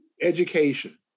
education